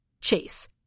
Chase